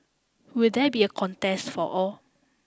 will there be a contest for all